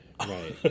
right